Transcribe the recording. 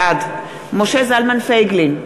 בעד משה זלמן פייגלין,